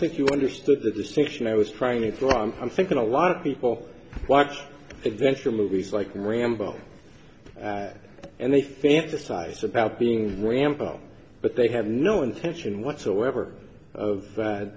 think you understood the distinction i was trying to drum i'm thinking a lot of people want adventure movies like rambo and they fantasize about being rambo but they have no intention whatsoever of